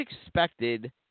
expected